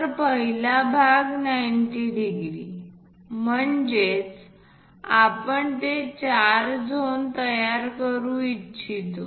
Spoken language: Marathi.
तर पहिला भाग 90° म्हणजेच आपण ते चार झोन तयार करू शकू